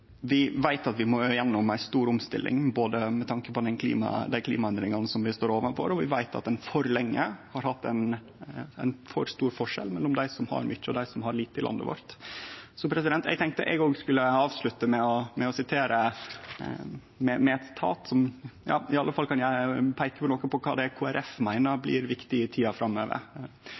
Vi veit at vi må gjennom ei stor omstilling, både med tanke på klimaendringane vi står overfor, og med tanke på at vi for lenge har hatt for stor forskjell mellom dei som har mykje, og dei som har lite i landet vårt. Så eg tenkte eg òg skulle avslutte med eit sitat som i alle fall kan peike på noko av det Kristeleg Folkeparti meiner vert viktig i tida framover.